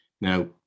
Now